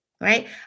right